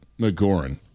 McGoran